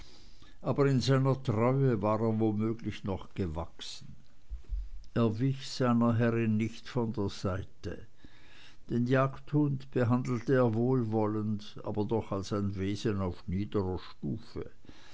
aber in seiner treue war er womöglich noch gewachsen er wich seiner herrin nicht von der seite den jagdhund behandelte er wohlwollend aber doch als ein wesen auf niederer